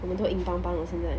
我们都硬邦邦了现在